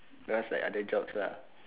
where else like other jobs lah